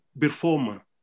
performer